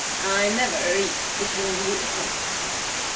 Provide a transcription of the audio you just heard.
i never eat between the equinoxes.